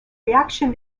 reaction